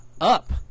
up